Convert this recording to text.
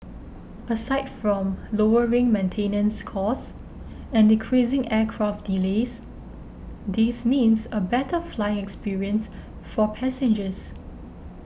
aside from lowering maintenance costs and decreasing aircraft delays this means a better flying experience for passengers